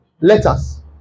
letters